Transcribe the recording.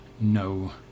no